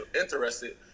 interested